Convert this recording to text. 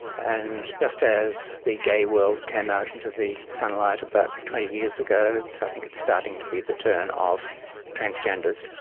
and just as the gay world came out into the sunlight about twenty years ago, i think it's starting to be the turn of transgenders,